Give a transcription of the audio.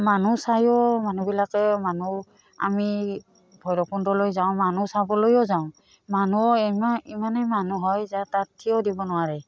মানুহ চায়ো মানুহবিলাকে মানুহ আমি ভৈৰৱকুণ্ডলৈ যাওঁ মানুহ চাবলৈয়ো যাওঁ মানুহ ইমান ইমানেই মানুহ হয় যে তাত থিয় দিব নোৱাৰে